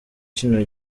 kino